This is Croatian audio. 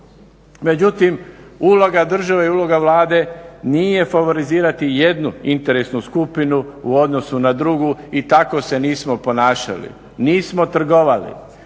Međutim, uloga države i uloga Vlade nije favorizirati jednu interesnu skupinu u odnosu na drugu i tako se nismo ponašali. Nismo trgovali,